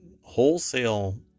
wholesale